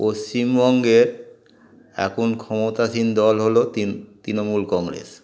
পশ্চিমবঙ্গের এখন ক্ষমতাসীন দল হলো তিন তৃণমূল কংগ্রেস